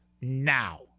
now